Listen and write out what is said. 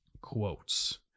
quotes